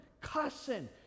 cussing